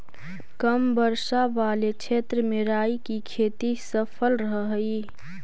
कम वर्षा वाले क्षेत्र में राई की खेती सफल रहअ हई